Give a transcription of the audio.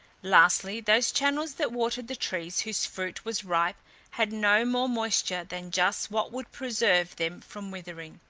lastly, those channels that watered the trees whose fruit was ripe had no more moisture than just what would preserve them from withering.